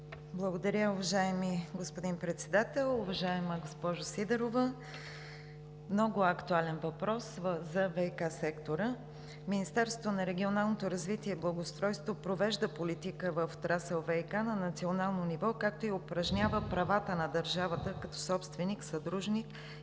Благодаря, уважаеми господин Председател. Уважаема госпожо Сидорова, много актуален въпрос за ВиК сектора. Министерството на регионалното развитие и благоустройството провежда политика в отрасъл ВиК на национално ниво, както и упражнява правата на държавата като собственик, съдружник